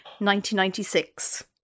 1996